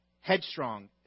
headstrong